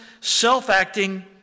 self-acting